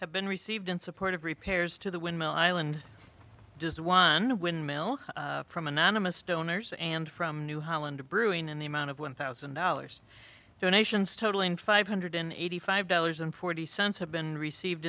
have been received in support of repairs to the windmill island does one windmill from anonymous donors and from new holland brewing in the amount of one thousand dollars donations totaling five hundred eighty five dollars and forty cents have been received